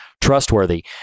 trustworthy